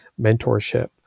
mentorship